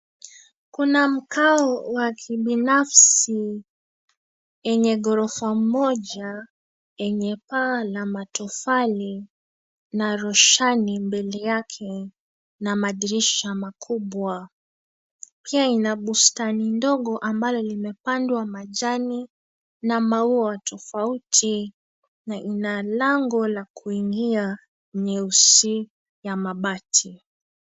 Kuna mkao wa kibinafsi enye ghorofa moja, enye paa la matofali na roshani mbele yake na madirisha makubwa. Pia ina bustani ndogo ambalo limepandwa majani na maua tofauti na ina lango la kuingia nyeusi ya mabati.